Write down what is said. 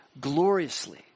gloriously